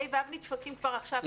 כיתות ה'-ו' נדפקות כבר עכשיו.